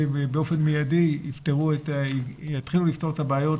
שבאופן מיידי יתחילו לפתור את הבעיות